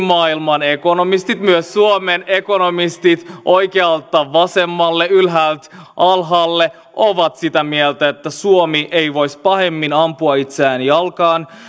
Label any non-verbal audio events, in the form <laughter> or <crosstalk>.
<unintelligible> maailman ekonomistit myös suomen ekonomistit oikealta vasemmalle ylhäältä alhaalle ovat sitä mieltä että suomi ei voisi pahemmin ampua itseään jalkaan